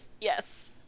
Yes